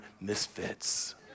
misfits